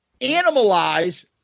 Animalize